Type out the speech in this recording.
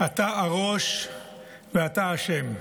אתה הראש ואתה אשם.